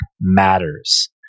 matters